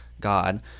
god